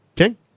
Okay